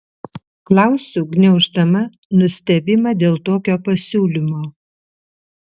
klausiu gniauždama nustebimą dėl tokio pasiūlymo